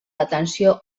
detenció